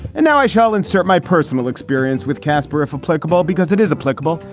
and now i shall insert my personal experience with casper if applicable, because it is applicable.